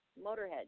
Motorhead